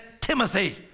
Timothy